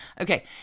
Okay